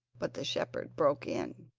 but the shepherd broke in